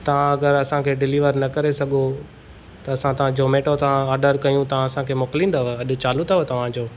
तव्हां अगरि असांखे डिलीवर न करे सघो त असां तव्हां ज़ोमेटो था ऑडर कयूं था असांखे मोकिलींदव अॼु चालू अथव तव्हांजो